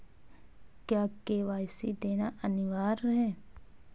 क्या के.वाई.सी देना अनिवार्य है?